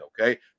Okay